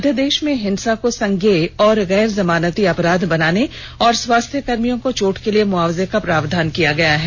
अध्यादेश में हिंसा को संज्ञेय और गैर जमानती अपराध बनाने और स्वास्थ्यकर्मियों को चोट के लिए मुआवजे का प्रावधान किया गया है